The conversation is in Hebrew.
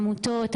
העמותות,